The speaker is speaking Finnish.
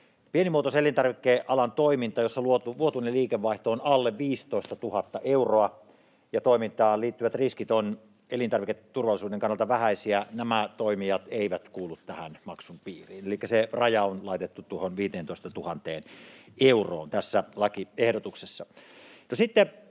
Pienimuotoisen elintarvikealan toiminta, jossa vuotuinen liikevaihto on alle 15 000 euroa ja toimintaan liittyvät riskit ovat elintarviketurvallisuuden kannalta vähäisiä, nämä toimijat eivät kuulu tähän maksun piiriin. Elikkä se raja on laitettu tuohon 15 000 euroon tässä lakiehdotuksessa.